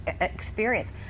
experience